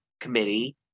committee